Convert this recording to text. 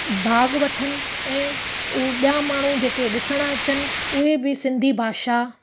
भाग वठण ऐं उहे ॿिया माण्हू जेके ॾिसण अचनि उहे बि सिंधी भाषा